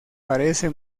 parece